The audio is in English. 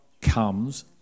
comes